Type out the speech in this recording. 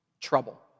trouble